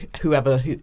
whoever